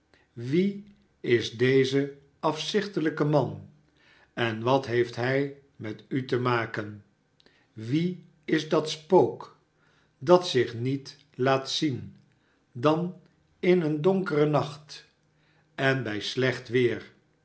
wie is deze afzichtelijke man en wat heeft hij met u te maken wie is dat spook dat zich niet laat zien dan in een donkeren nacht en bij slecht weer